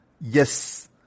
Yes